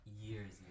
years